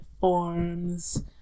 forms